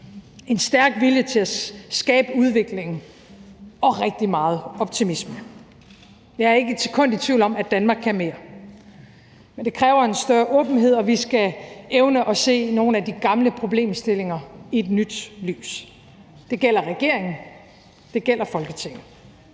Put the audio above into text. en stærk vilje til at skabe udviklingen og rigtig meget optimisme, og jeg er ikke et sekund i tvivl om, at Danmark kan mere. Men det kræver en større åbenhed, og vi skal evne at se nogle af de gamle problemstillinger i et nyt lys. Det gælder regeringen, og det gælder Folketinget.